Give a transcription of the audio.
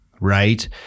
right